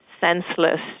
senseless